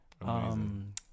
amazing